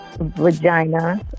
Vagina